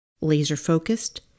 laser-focused